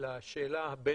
לשאלה הבין-לאומית.